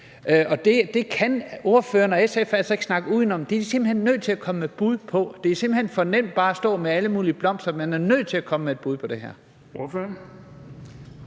det kan ordføreren og SF altså ikke snakke uden om. Der er man simpelt hen nødt til at komme med et bud. Det er simpelt hen for nemt bare at stå og komme med alle mulige sprogblomster; man er nødt til at komme med et bud på det her.